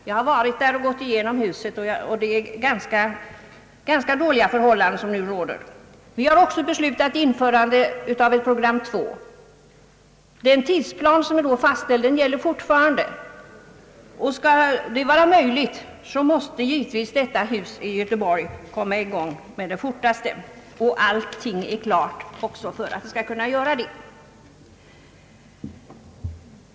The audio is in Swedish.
Jag har gått igenom det nuvarande radiohuset och funnit att där råder ganska dåliga förhållanden. Vi har också beslutat införande av ett program 2. Den tidsplan som då fastställdes gäller fortfarande. Om det skall vara möjligt att hålla den, måste givetvis ett nytt radiohus i Göteborg komma till stånd snarast möjligt. Allt är också klart för att det skall kunna bli så.